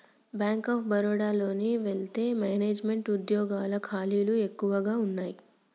bank of బరోడాలోని wealth management వుద్యోగాల ఖాళీలు ఎక్కువగా వున్నయ్యి